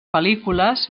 pel·lícules